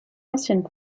anciennes